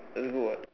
that's good what